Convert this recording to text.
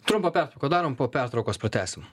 trumpą pertrauką darom po pertraukos pratęsim